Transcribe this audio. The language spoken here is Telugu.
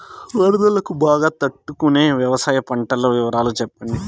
వరదలకు బాగా తట్టు కొనే వ్యవసాయ పంటల వివరాలు చెప్పండి?